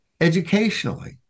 educationally